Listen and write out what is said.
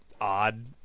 odd